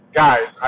guys